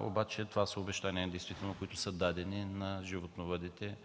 обаче са обещания, които са дадени на животновъдите